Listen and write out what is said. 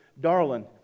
darling